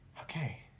okay